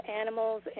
animals